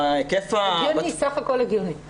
סך הכול הגיוני.